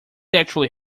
actually